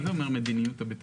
מה זה אומר מדיניות הבטיחות?